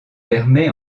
permet